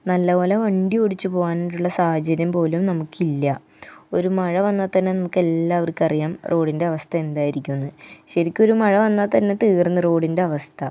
നല്ലപോലെ വണ്ടിയോടിച്ച് പോവാനായിട്ടുള്ള സാഹചര്യം പോലും നമുക്കില്ല ഒരു മഴ വന്നാൽ തന്നെ നമുക്കെല്ലാവര്ക്കും അറിയാം റോഡിന്റെ അവസ്ഥ എന്തായിരിക്കുമെന്ന് ശരിക്കുവമൊരു മഴ വന്നാൽ തന്നെ തീര്ന്ന് റോഡിന്റെ അവസ്ഥ